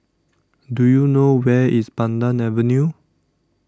Do YOU know Where IS Pandan Avenue